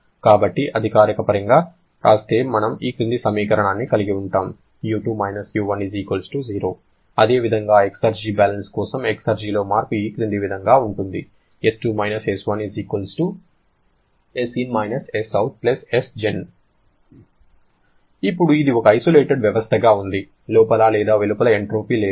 కాబట్టి అధికారిక పరంగా వ్రాస్తే మనము ఈ క్రింది సమీకరణాన్ని కలిగి ఉన్నాము U2 - U1 0 అదేవిధంగా ఎక్సర్జి బ్యాలెన్స్ కోసం ఎక్సర్జిలో మార్పు ఈ క్రింది విధంగా ఉంటుంది S2−S1 Sin − Sout Sgen ఇప్పుడు ఇది ఒక ఐసోలేటెడ్ వ్యవస్థగా ఉంది లోపల లేదా వెలుపల ఎంట్రోపీ లేదు